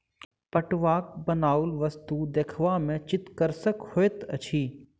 पटुआक बनाओल वस्तु देखबा मे चित्तकर्षक होइत अछि